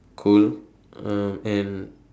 cool uh and